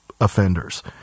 offenders